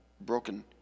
broken